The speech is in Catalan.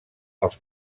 els